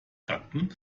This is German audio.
gatten